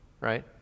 right